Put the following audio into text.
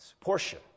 Portion